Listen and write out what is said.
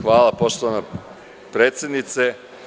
Hvala poštovana predsednice.